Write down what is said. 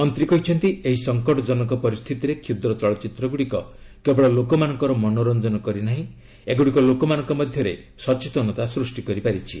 ମନ୍ତ୍ରୀ କହିଛନ୍ତି ଏହି ସଂକଟଜନକ ପରିସ୍ଥିତିରେ କ୍ଷୁଦ୍ର ଚଳଚ୍ଚିତ୍ରଗୁଡ଼ିକ କେବଳ ଲୋକମାନଙ୍କର ମନୋରଞ୍ଜନ କରିନାହିଁ ଏଗୁଡ଼ିକ ଲୋକମାନଙ୍କ ମଧ୍ୟରେ ସଚେତନତା ସୃଷ୍ଟି କରିପାରିଛି